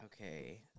Okay